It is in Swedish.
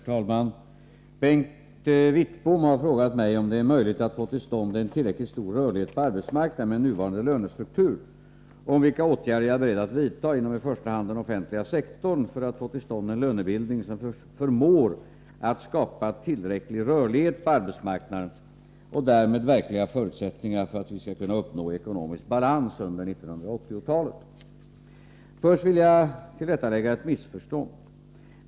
Herr talman! Bengt Wittbom har frågat mig om det är möjligt att få till stånd en tillräckligt stor rörlighet på arbetsmarknaden med nuvarande lönestruktur och om vilka åtgärder jag är beredd att vidtaga inom i första hand den offentliga sektorn för att få till stånd en lönebildning som förmår att skapa tillräcklig rörlighet på arbetsmarknaden och därmed verkliga förutsättningar för att vi skall kunna uppnå ekonomisk balans under 1980-talet. Först vill jag tillrättalägga ett missförstånd.